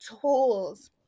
tools